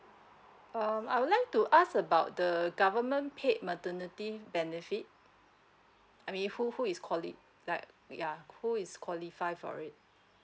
um I would like to ask about the government paid maternity benefit I mean who who is quali~ like yeuh who is qualify for it